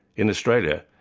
in australia,